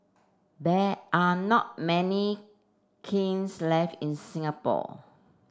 there are not many kilns left in Singapore